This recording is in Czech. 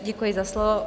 Děkuji za slovo.